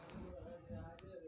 एहि गाछक फल कें ताजा खाएल जाइ छै